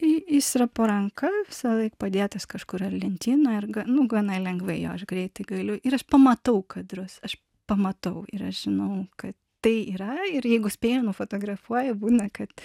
ji yra po ranka visąlaik padėtas kažkur ar lentynoje arga nu gana lengvai aš greitai galiu ir aš pamatau kadrus aš pamatau ir aš žinau kad tai yra ir jeigu spėju nufotografuoju būna kad